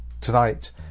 tonight